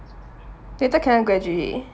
later cannot graduate